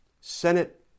Senate